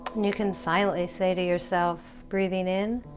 and you can silently say to yourself breathing in